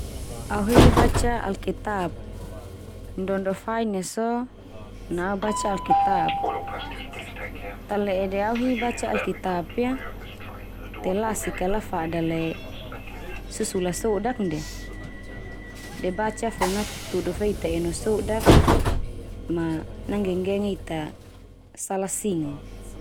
Au hi baca Alkitab. Ndo-ndo fain ia so na au baca Alkitab. Tale'e de au hi baca Alkitab ia? Te lasik ka lafada lae susula sodak ndia. De baca fo natudu fe ita eno sodak ma nanggenggenge ita salah singon.